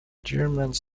germans